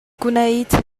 gwneud